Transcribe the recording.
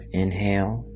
inhale